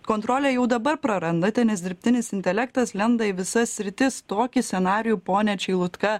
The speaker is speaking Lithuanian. kontrolę jau dabar prarandate nes dirbtinis intelektas lenda į visas sritis tokį scenarijų pone čeilutka